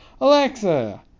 Alexa